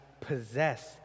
possess